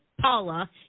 Paula